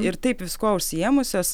ir taip viskuo užsiėmusios